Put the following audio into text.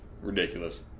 ridiculous